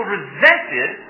resented